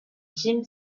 tim